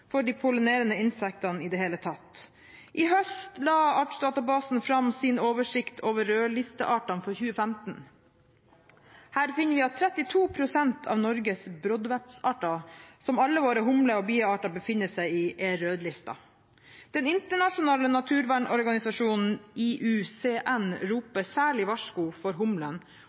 for de pollinerende insektene i det hele tatt. Sist høst la Artsdatabanken fram sin oversikt over rødlisteartene for 2015. Her finner vi at 32 pst. av Norges broddvepsarter, som alle våre humle- og biearter tilhører, er rødlistet. Den internasjonale naturvernorganisasjonen IUCN roper særlig varsko for